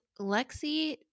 Lexi